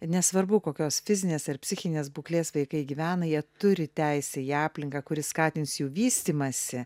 nesvarbu kokios fizinės ar psichinės būklės vaikai gyvena jie turi teisę į aplinką kuri skatins jų vystymąsi